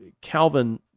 Calvin